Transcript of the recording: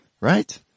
Right